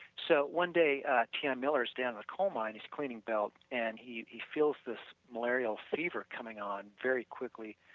so, one day ti miller is down in the coal mine, he is cleaning belt and he he feels this malarial fever coming on very quickly,